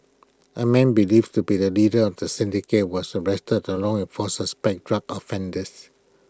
A man believed to be the leader of the syndicate was arrested along with four suspected drug offenders